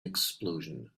explosion